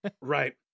Right